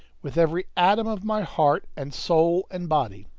with every atom of my heart and soul and body!